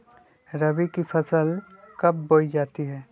रबी की फसल कब बोई जाती है?